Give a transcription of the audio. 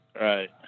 right